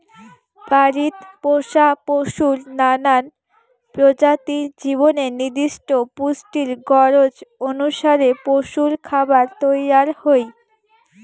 বাড়িত পোষা পশুর নানান প্রজাতির জীবনের নির্দিষ্ট পুষ্টির গরোজ অনুসারে পশুরখাবার তৈয়ার হই